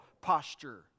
posture